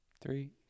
Three